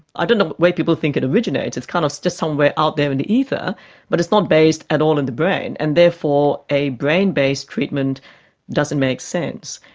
i don't know where people think it originates, it's kind of just somewhere out there in the ether but it's not based at all in the brain and therefore a brain based treatment doesn't make sense.